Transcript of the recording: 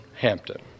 Hampton